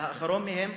והאחרון בהם,